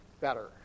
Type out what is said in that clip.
better